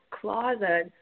closet